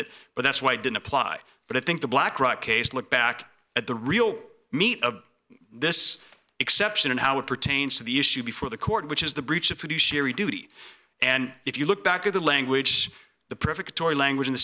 it but that's why i didn't apply but i think the blackrock case look back at the real meat of this exception and how it pertains to the issue before the court which is the breach if you do sherry duty and if you look back at the language the perfect or language in the